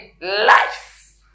life